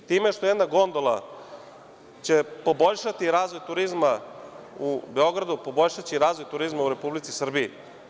Time što će jedna gondola poboljšati razvoj turizma u Beogradu, poboljšaće i razvoj turizma u Republici Srbiji.